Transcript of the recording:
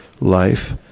life